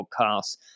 podcasts